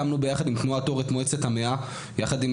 הקמנו ביחד עם תנועת אור את מועצת ה-100 יחד עם